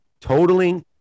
totaling